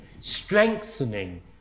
strengthening